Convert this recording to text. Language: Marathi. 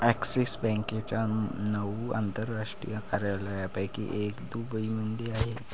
ॲक्सिस बँकेच्या नऊ आंतरराष्ट्रीय कार्यालयांपैकी एक दुबईमध्ये आहे